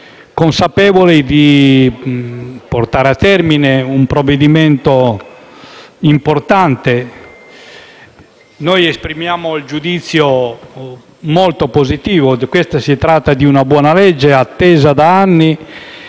consapevole di portare a termine un provvedimento importante. Noi esprimiamo un giudizio molto positivo: si tratta di una buona legge, attesa da anni,